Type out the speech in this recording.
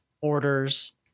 orders